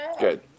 Good